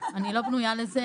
אני לא בנויה לזה.